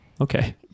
Okay